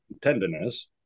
tenderness